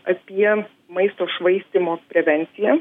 apie maisto švaistymo prevenciją